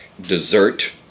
dessert